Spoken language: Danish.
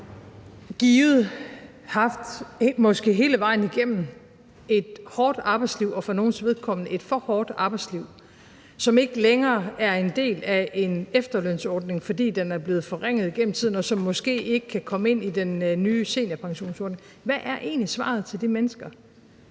blevet nedslidt og måske hele vejen igennem har haft et hårdt arbejdsliv og for nogles vedkommende et for hårdt arbejdsliv, som ikke længere er en del af en efterlønsordning, fordi den er blevet forringet gennem tiden, og som måske ikke kan komme ind i den nye seniorpensionsordning? Hvad er egentlig svaret til de mennesker?